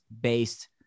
based